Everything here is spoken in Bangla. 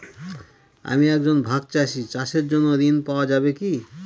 আমি একজন ভাগ চাষি চাষের জন্য ঋণ পাওয়া যাবে কি?